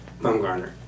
Bumgarner